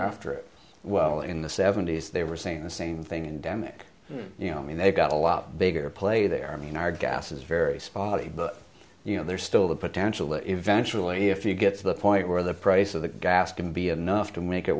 after it well in the seventy's they were saying the same thing endemic you know i mean they got a lot bigger play there i mean our gas is very spotty but you know there's still the potential eventually if you get to the point where the price of the gas can be enough to make it